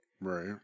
Right